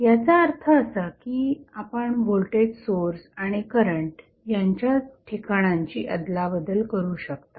याचा अर्थ असा की आपण व्होल्टेज सोर्स आणि करंट यांच्या ठिकाणांची अदलाबदल करू शकता